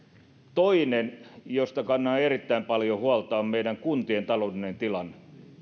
toinen josta kannan erittäin paljon huolta on meidän kuntien taloudellinen tilanne